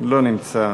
לא נמצא.